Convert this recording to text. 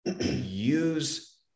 use